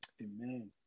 Amen